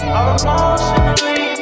emotionally